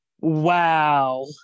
wow